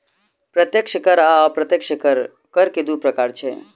प्रत्यक्ष कर आ अप्रत्यक्ष कर, कर के दू प्रकार छै